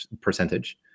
percentage